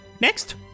Next